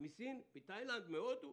מסין, מתאילנד, מהודו?